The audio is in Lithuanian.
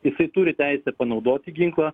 jisai turi teisę panaudoti ginklą